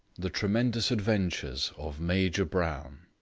the tremendous adventures of major brown